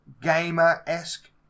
gamer-esque